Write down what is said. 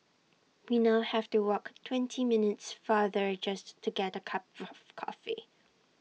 we now have to walk twenty minutes farther just to get A cup of coffee